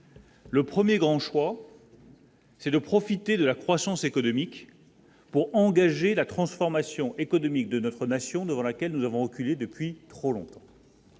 Le 1er grand choix. C'est de profiter de la croissance économique pour engager la transformation économique de notre nation, devant laquelle nous avons reculé depuis trop longtemps.